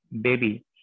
baby